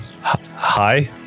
Hi